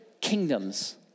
kingdoms